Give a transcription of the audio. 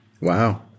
Wow